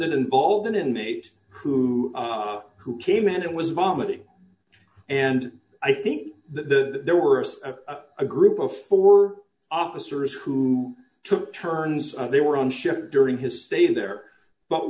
it involved an inmate who who came in and was vomiting and i think the there were a group of four officers who took turns on they were on shift during his stay there but